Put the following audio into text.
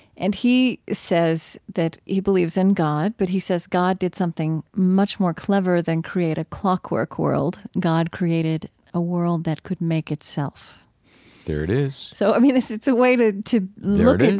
and he says that he believes in god, but he says god did something much more clever than create a clockwork world, god created a world that could make itself there it is so, i mean, it's it's a way to to look at,